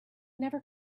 never